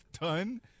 done